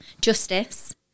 justice